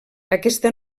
aquesta